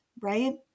right